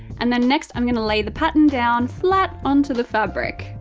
and then next, i'm gonna lay the pattern down flat onto the fabric.